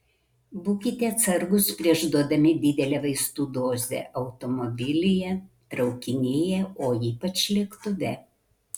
būkite atsargūs prieš duodami didelę vaistų dozę automobilyje traukinyje o ypač lėktuve